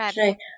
right